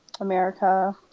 America